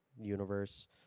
universe